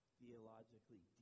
theologically